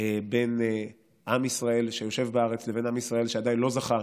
בין עם ישראל שיושב בארץ לבין עם ישראל שעדיין לא זכה